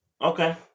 Okay